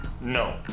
No